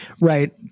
Right